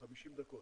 50 דקות.